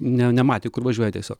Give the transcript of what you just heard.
ne nematė kur važiuoja tiesiog